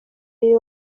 lil